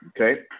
Okay